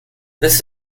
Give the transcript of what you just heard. this